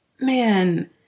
man